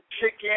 chicken